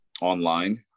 online